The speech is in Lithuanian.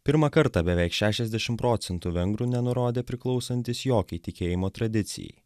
pirmą kartą beveik šešiasdešim procentų vengrų nenurodė priklausantys jokiai tikėjimo tradicijai